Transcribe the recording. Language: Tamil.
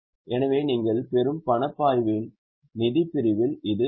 எனவே நீங்கள் பெறும் பணப்பாய்வின் நிதி பிரிவில் இது வரும்